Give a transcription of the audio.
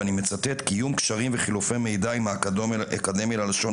ואני מצטט: 'קיום קשרים וחילופי מידע עם האקדמיה ללשון